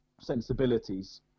sensibilities